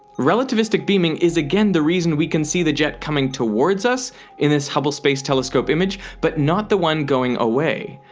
relativistic beaming is again the reason we can see the jet coming towards us in this hubble space telescope image but not the one going away.